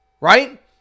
Right